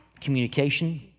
communication